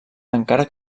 encara